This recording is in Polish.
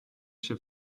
się